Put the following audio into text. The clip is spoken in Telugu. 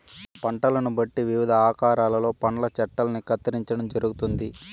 పంటలను బట్టి వివిధ ఆకారాలలో పండ్ల చెట్టల్ని కత్తిరించడం జరుగుతుంది